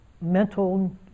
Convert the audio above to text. mental